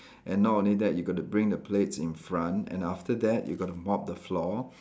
and not only that you got to bring the plates in front and after that you got to mop the floor